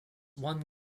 one